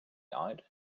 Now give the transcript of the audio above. out